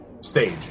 stage